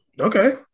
okay